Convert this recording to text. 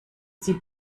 sie